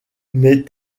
mais